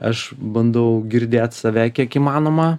aš bandau girdėt save kiek įmanoma